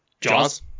Jaws